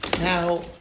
Now